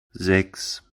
sechs